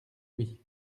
oui